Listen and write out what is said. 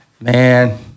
Man